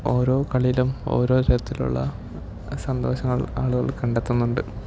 ഓരോ കളിലും ഓരോ വിധത്തിലുള്ള സന്തോഷങ്ങൾ ആളുകൾ കണ്ടെത്തുന്നുണ്ട്